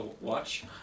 watch